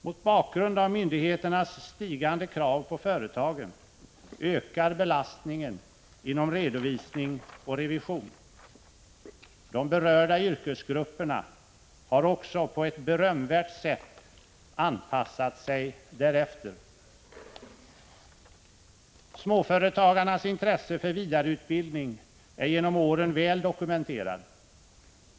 Mot bakgrund av myndigheternas stigande krav på företagen ökar belastningen inom redovisning och revision. De berörda yrkesgrupperna har också på ett berömvärt sätt anpassat sig därefter. Småföretagarnas intresse för vidareutbildning är genom åren väl dokumenterat.